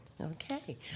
Okay